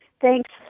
Thanks